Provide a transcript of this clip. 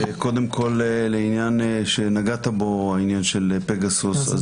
קודם כל, לעניין שנגעת בו, העניין של פגסוס.